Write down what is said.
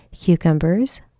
cucumbers